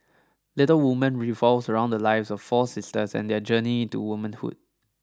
Little Women revolves around the lives of four sisters and their journey into womanhood